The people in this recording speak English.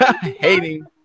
hating